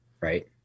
Right